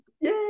Yay